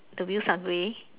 the wheels are grey